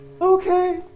Okay